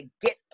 get